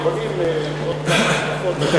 דקות.